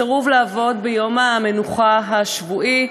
סירוב לעבוד ביום המנוחה השבועי,